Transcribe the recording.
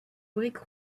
brique